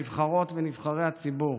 נבחרות ונבחרי הציבור: